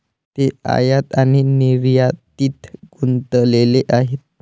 ते आयात आणि निर्यातीत गुंतलेले आहेत